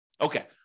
Okay